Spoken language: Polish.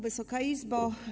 Wysoka Izbo!